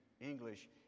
English